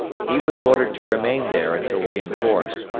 he was ordered to remain there until reinforced,